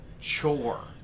chore